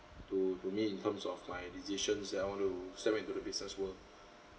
to to me in terms of my decisions that I want to step into the business world